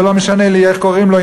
ולא משנה לי איך קוראים לו,